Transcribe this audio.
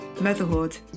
motherhood